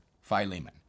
Philemon